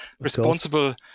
responsible